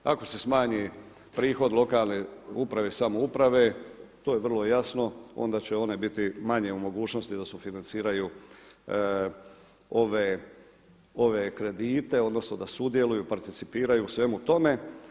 Ako se smanji prihod lokalne uprave i samouprave, to je vrlo jasno, onda će one biti manje u mogućnosti da sufinanciraju ove kredite, odnosno da sudjeluju, participiraju u svemu tome.